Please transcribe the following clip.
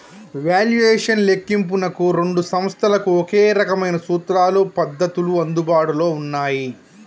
valuation లెక్కింపునకు రెండు సంస్థలకు ఒకే రకమైన సూత్రాలు, పద్ధతులు అందుబాటులో ఉన్నయ్యి